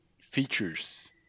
features